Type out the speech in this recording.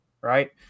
right